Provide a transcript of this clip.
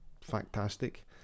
fantastic